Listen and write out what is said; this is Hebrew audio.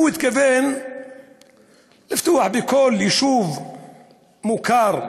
הוא התכוון לפתוח בכל יישוב מוכר,